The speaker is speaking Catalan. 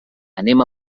anem